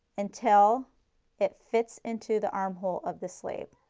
until it fits into the armhole of this sleeve.